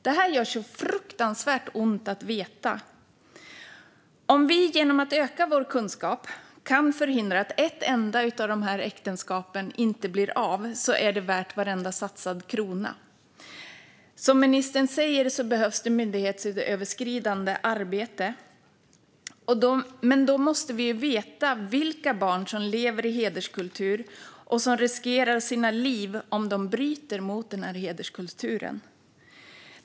Detta gör fruktansvärt ont att veta. Om vi genom att öka vår kunskap kan hindra ett enda av dessa tvångsäktenskap är det värt varje satsad krona. Som ministern säger behövs det myndighetsöverskridande arbete. Men då måste vi veta vilka barn som lever i hederskultur och som riskerar sina liv om de bryter mot hederskulturen.